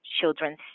Children's